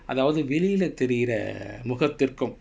அதாவது வெளியே தெரிகிற முகத்திற்கும்:athaavathu veliyae terikira mukattirkum